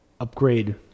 upgrade